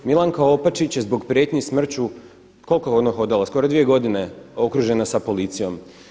Milanka Opačić je zbog prijetnji smrću koliko je ono hodala, skoro dvije godine okružena sa policijom.